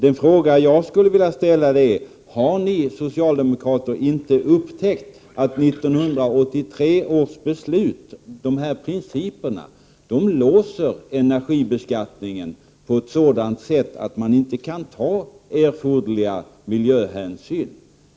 Den fråga som jag skulle vilja ställa lyder: Har ni socialdemokrater inte upptäckt att 1983 års beslut, de där principerna, låser energibeskattningen på ett sådant sätt att man inte kan ta erforderliga miljöhänsyn?